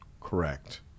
Correct